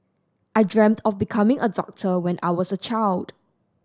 I dreamt of becoming a doctor when I was a child